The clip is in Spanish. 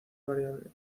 variable